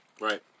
Right